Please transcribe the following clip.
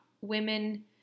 women